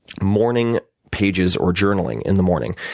morning pages or journaling in the morning.